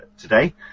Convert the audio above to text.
today